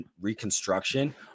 reconstruction